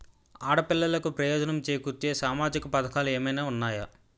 ఆడపిల్లలకు ప్రయోజనం చేకూర్చే సామాజిక పథకాలు ఏమైనా ఉన్నాయా?